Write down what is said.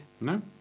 No